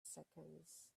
seconds